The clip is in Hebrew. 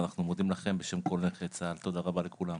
ואנחנו מודים לכם בשם כל נכי צה"ל תודה רבה לכולם.